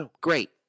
Great